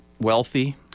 wealthy